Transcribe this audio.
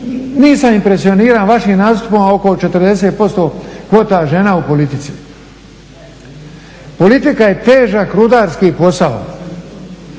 nisam impresioniran vašim nastupom, a oko 40% je kvota žena u politici. Politika je težak rudarski posao.